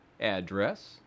address